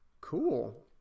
Cool